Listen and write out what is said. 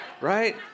right